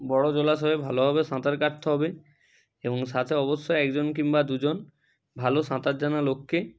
বড় জলাশয়ে ভালোভাবে সাঁতার কাটতে হবে এবং সাথে অবশ্যই একজন কিংবা দুজন ভালো সাঁতার জানা লোককে